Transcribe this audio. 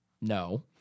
no